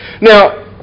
now